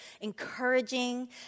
encouraging